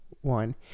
one